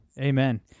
Amen